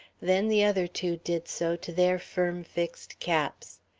then the other two did so to their firm-fixed caps.